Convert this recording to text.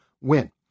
win